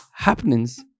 happenings